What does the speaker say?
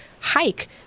hike